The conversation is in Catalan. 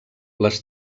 les